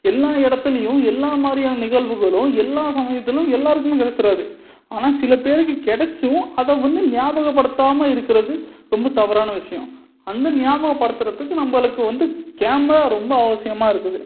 எல்லா இடத்துலையும் எல்லாமாதிரியான நிகழ்வுகளும் எல்லா சமயத்திலும் எல்லோருக்குமே கெடைச்சிடாது ஆனால் சில பேருக்கு கிடச்சும் அதை வந்து ஞாபகப்படுத்தாமல் இருக்கிறது ரொம்ப தவறான விஷயம் அந்த ஞாபகப்படுத்துறதுக்கு நம்மளுக்கு வந்து கேமரா ரொம்ப அவசியமாக இருக்குது